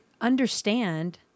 understand